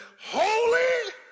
holy